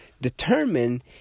determine